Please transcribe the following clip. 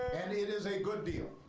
and it is a good deal.